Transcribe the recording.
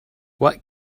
what